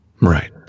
Right